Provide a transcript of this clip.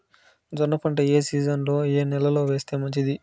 జొన్న పంట ఏ సీజన్లో, ఏ నెల లో వేస్తే మంచిది?